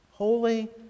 Holy